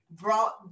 brought